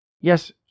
Yes